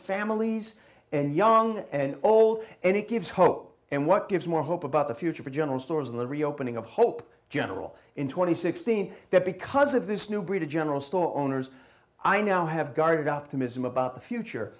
families and young and old and it gives hope and what gives more hope about the future for general stores of the reopening of hope gen in two thousand and sixteen that because of this new breed of general store owners i now have guarded optimism about the future